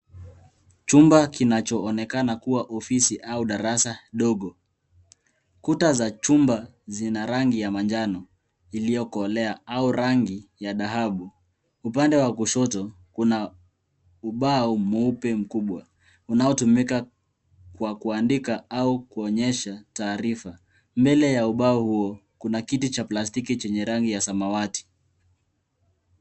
Chumba kinachoonekana kuwa ofisi au darasa dogo. Kuta za chumba zina rangi ya manjano iliyokolea au rangi ya dhahabu. Upande wa kushoto kuna ubao mweupe mkubwa unaotumika kwa kuandika au kuonyesha taarifa. Mbele ya ubao huo kuna kiti cha plastiki chenye rangi ya samawati.